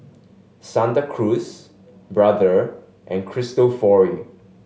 Santa Cruz Brother and Cristofori